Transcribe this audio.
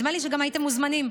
נדמה לי שגם הייתם מוזמנים.